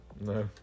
no